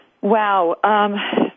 Wow